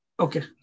Okay